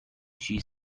she